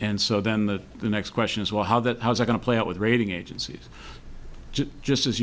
and so then the next question is well how that going to play out with rating agencies just as